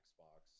Xbox